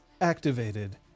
activated